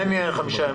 אין חמישה ימים.